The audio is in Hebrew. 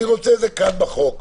אני רוצה את זה כאן בחוק.